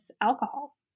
alcohol